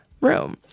room